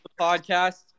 podcast